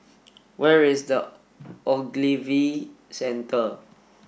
where is the Ogilvy Centre